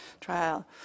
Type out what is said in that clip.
trial